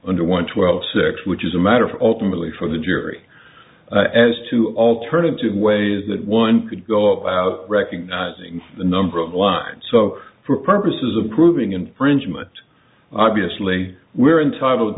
under one twelve six which is a matter for ultimately for the jury as to alternative ways that one could go out recognizing the number of lines so for purposes of proving infringement obviously we're entitled